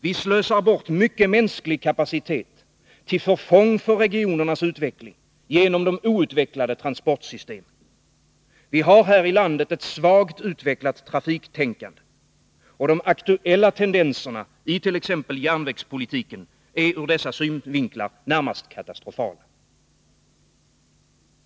Vi slösar bort mycken mänsklig kapacitet, till förfång för regionernas utveckling, genom de outvecklade transportsystemen. Vi har här i landet ett svagt utvecklat trafiktänkande, och de aktuella tendenserna i t.ex. järnvägspolitiken är ur dessa synvinklar närmast katastrofala.